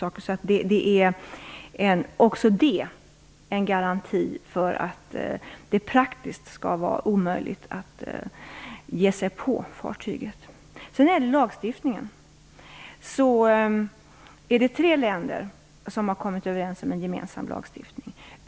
Också detta är en garanti för att det praktiskt skall vara omöjligt att ge sig på fartyget. När det sedan gäller lagstiftningen är det tre länder som har kommit överens om en gemensam lagstiftning.